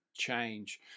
change